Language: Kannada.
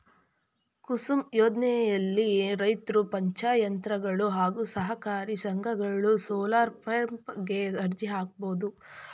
ಕುಸುಮ್ ಯೋಜ್ನೆಲಿ ರೈತ್ರು ಪಂಚಾಯತ್ಗಳು ಹಾಗೂ ಸಹಕಾರಿ ಸಂಘಗಳು ಸೋಲಾರ್ಪಂಪ್ ಗೆ ಅರ್ಜಿ ಹಾಕ್ಬೋದು